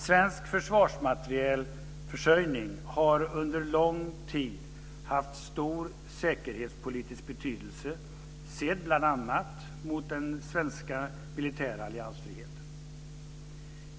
Svensk försvarsmaterielförsörjning har under lång tid haft stor säkerhetspolitisk betydelse, sedd bl.a. mot den svenska militära alliansfriheten.